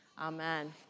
Amen